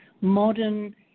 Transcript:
modern